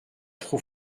trop